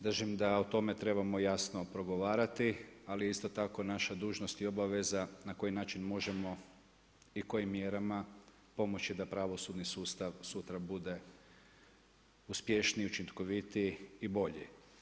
Držim da o tome trebamo jasno progovarati, ali isto tako, naša dužnost i obaveza, na koji način možemo i kojim mjerama pomoći da pravosudni sustav, sutra bude uspješniji, učinkovitiji i bolji.